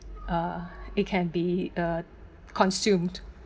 uh it can be uh consumed